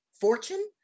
fortune